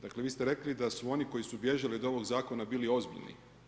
Dakle, vi ste rekli, da su oni koji su bježali od ovoga zakona bili ozbiljni.